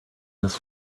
this